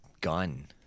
gun